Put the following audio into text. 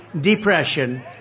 depression